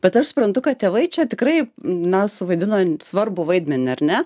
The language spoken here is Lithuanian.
bet aš suprantu kad tėvai čia tikrai na suvaidino svarbų vaidmenį ar ne